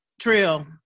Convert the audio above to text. Trill